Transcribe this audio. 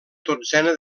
dotzena